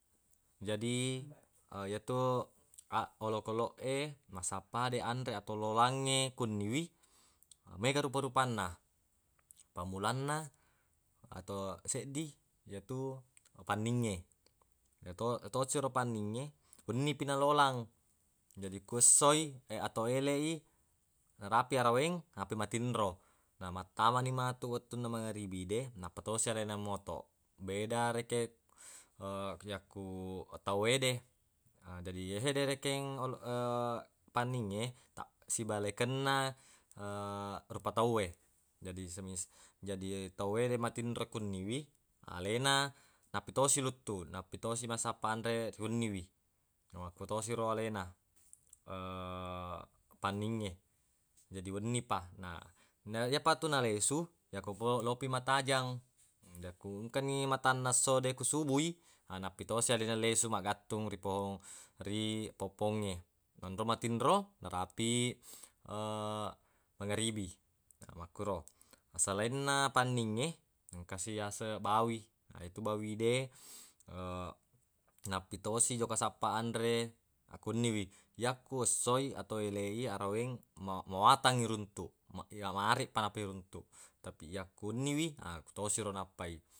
Jadi yetu a- olokoloq e masappa de anre atau lolangnge ku wenniwi mega rupa-rupanna pammulanna atau seddi yetu panningnge yeto- yetosi panningnge wennipi nalolang jadi ku essoi atau ele i narapi araweng nappa matinro na mattamani matu wettunna mageribi de nappa tosi alena motoq beda rekeng yakku tawwe de na jadi yehede rekeng olo- panningnge ta- sibalekenna rupa tauwe jadi semis- jadi tawwe de matinro ko wenniwi alena nappi tosi luttuq nampi tosi massappa anre ri wenniwi makkutosi ro alena panningnge jadi wenni pa na yepatu nalesu yakku lopi matajang yakku engkani matanna esso de ku subui nampi tosi alena lesu magattung ri pong ri poppongnge nonroi matinro narapi mageribi ya makkuro selainna panningnge engkasi yaseng bawi na yetu bawi de nappi tosi jokka sappa anre akku wenniwi yakku essoi atau ele i araweng ma- mawatang iruntuq ma- areq pa nappa iruntuq tapi yakku wenniwi ku tosiro nappai.